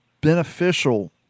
beneficial